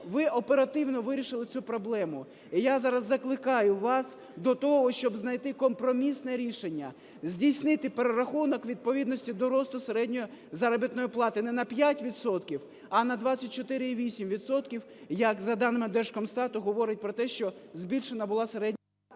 ви оперативно вирішили цю проблему. І я зараз закликаю вас до того, щоб знайти компромісне рішення: здійснити перерахунок у відповідності до росту середньої заробітної плати, не на 5 відсотків, а на 24,8 відсотків, як за даними Держкомстату говорить про те, що збільшена була середня…